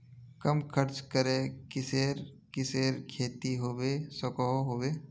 कम खर्च करे किसेर किसेर खेती होबे सकोहो होबे?